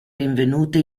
rinvenute